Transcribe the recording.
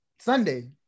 Sunday